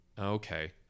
okay